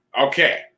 Okay